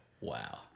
Wow